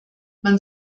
man